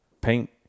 Paint